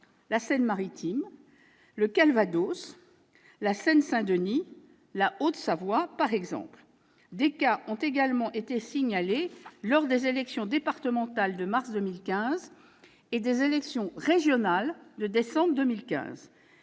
la Seine-Maritime, le Calvados, la Seine-Saint-Denis, la Haute-Savoie ... Des cas ont également été signalés lors des élections départementales de mars 2015 et des élections régionales de décembre 2015.